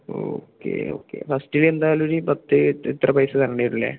okay okay ഫസ്റ്റില് എന്തായാലുംര് പത്ത് എത്ര പൈസ തരണ്ടി വരല്ലേ